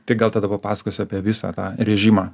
tai gal tada papasakosiu apie visą tą režimą